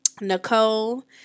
Nicole